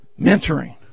Mentoring